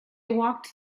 walked